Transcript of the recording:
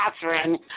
Catherine